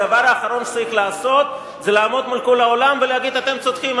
הדבר האחרון שצריך לעשות זה לעמוד מול כל העולם ולהגיד: אתם צודקים,